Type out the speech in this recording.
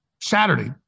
Saturday